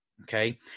Okay